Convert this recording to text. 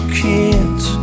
kids